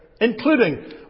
including